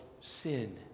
sin